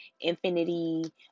infinity